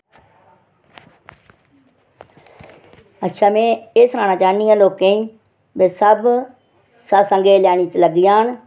अच्छा में एह् सनाना चाहन्नी आं लोकें वे सब सतसंगे लैनी च लग्गी जाह्न